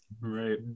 Right